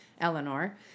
Eleanor